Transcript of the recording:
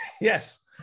yes